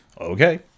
okay